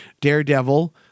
Daredevil